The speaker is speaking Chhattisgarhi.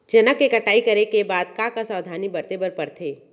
चना के कटाई करे के बाद का का सावधानी बरते बर परथे?